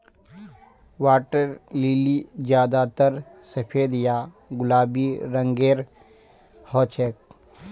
water lily ज्यादातर सफेद या गुलाबी रंगेर हछेक